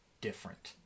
different